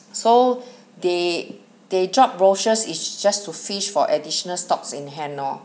so they they drop brochures is just to fish for additional stocks in hand lor